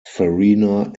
farina